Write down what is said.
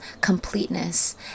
completeness